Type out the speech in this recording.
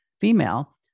female